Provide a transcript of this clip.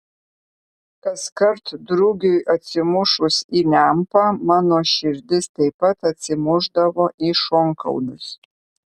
kaskart drugiui atsimušus į lempą mano širdis taip pat atsimušdavo į šonkaulius